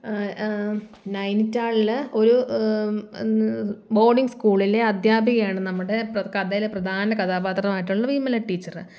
നൈനിറ്റാളിൽ ഒരു ബോർഡിങ് സ്കൂളിലെ അധ്യാപികയാണ് നമ്മുടെ കഥയിലെ പ്രധാന കഥാപാത്രം ആയിട്ടുള്ള വിമല ടീച്ചർ